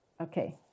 Okay